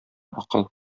акыл